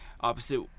opposite